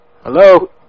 Hello